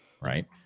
right